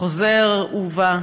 חוזר ובא.